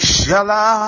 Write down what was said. Shala